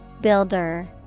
Builder